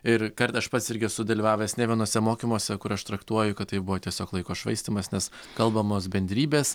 ir kartą aš pats irgi esu dalyvavęs ne vienuose mokymuose kur aš traktuoju kad tai buvo tiesiog laiko švaistymas nes kalbamos bendrybės